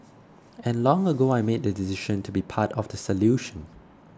and long ago I made the decision to be part of the solution